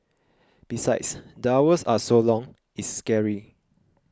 besides the hours are so long it's scary